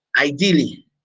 ideally